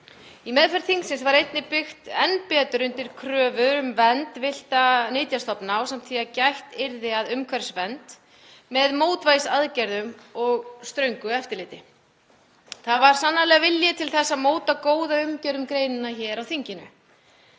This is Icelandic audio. Í meðferð þingsins var einnig byggt enn betur undir kröfu um vernd villtra nytjastofna ásamt því að gætt yrði að umhverfisvernd með mótvægisaðgerðum og ströngu eftirliti. Það var sannarlega vilji til þess að móta góða umgjörð um greinina hér á þinginu